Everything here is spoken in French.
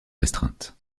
restreinte